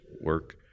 work